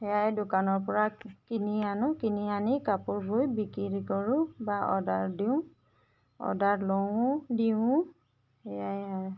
সেয়াই দোকানৰ পৰা কিনি আনো কিনি আনি কাপোৰ বয় বিক্ৰী কৰোঁ বা অৰ্ডাৰ দিওঁ অৰ্ডাৰ লওঁও দিওঁও সেয়াই